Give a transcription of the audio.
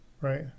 right